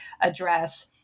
address